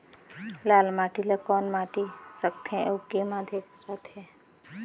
लाल माटी ला कौन माटी सकथे अउ के माधेक राथे?